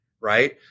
Right